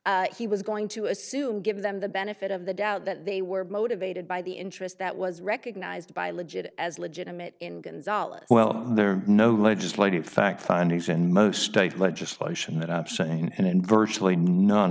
was he was going to assume give them the benefit of the doubt that they were motivated by the interest that was recognized by legit as legitimate in gonzales well there are no legislative fact findings in most state legislation that i've seen and in virtually non